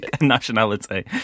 nationality